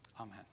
Amen